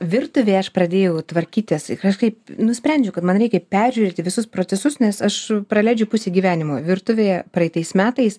virtuvėj aš pradėjau tvarkytis kažkaip nusprendžiau kad man reikia peržiūrėti visus procesus nes aš praleidžiu pusę gyvenimo virtuvėje praeitais metais